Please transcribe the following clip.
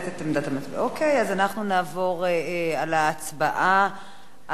אז נעבור להצבעה על ההצעה של המציע